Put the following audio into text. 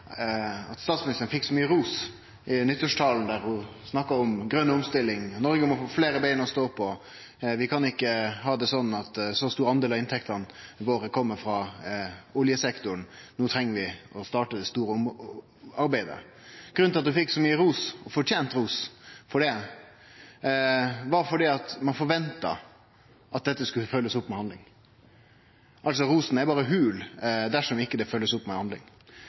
at statsministeren fekk så mykje ros – fortent ros – i nyttårstalen, der ho snakka om grøn omstilling, at Noreg må ha fleire bein å stå på, at vi ikkje kan ha det sånn at ein så stor del av inntektene våre kjem frå oljesektoren, og at vi no treng å starte det store arbeidet, var at ein forventa at dette skulle bli følgt opp med handling. Rosen er berre hol viss det ikkje blir følgt opp med handling.